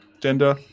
gender